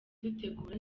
dutegura